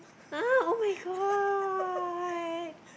!huh! [oh]-my-god